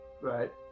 Right